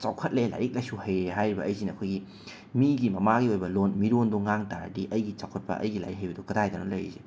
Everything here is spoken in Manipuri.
ꯆꯥꯎꯈꯠꯂꯦ ꯂꯥꯏꯔꯤꯛ ꯂꯥꯏꯁꯨ ꯍꯩꯔꯦ ꯍꯥꯏꯔꯤꯕ ꯑꯩꯁꯤꯅ ꯑꯩꯈꯣꯏꯒꯤ ꯃꯤꯒꯤ ꯃꯃꯥꯒꯤ ꯑꯣꯏꯕ ꯂꯣꯟ ꯃꯤꯔꯣꯟꯗꯣ ꯉꯥꯡꯕ ꯇꯥꯔꯒꯗꯤ ꯑꯩꯒꯤ ꯆꯥꯎꯈꯠꯄ ꯑꯩꯒꯤ ꯂꯥꯏꯔꯤꯛ ꯍꯩꯕꯗꯣ ꯀꯗꯥꯏꯗꯅꯣ ꯂꯩꯔꯤꯁꯦ